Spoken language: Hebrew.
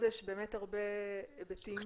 הרבה היבטים